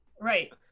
Right